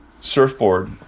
surfboard